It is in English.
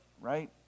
right